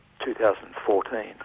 2014